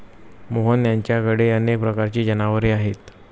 मोहन यांच्याकडे अनेक प्रकारची जनावरे आहेत